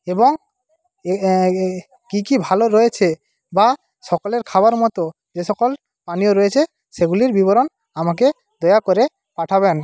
এবং কী কী ভালো রয়েছে বা সকলের খাবার মতো যে সকল পানীয় রয়েছে সেগুলির বিবরণ আমাকে দয়া করে পাঠাবেন